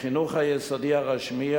בחינוך היסודי הרשמי,